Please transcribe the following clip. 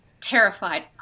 terrified